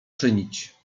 czynić